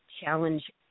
challenge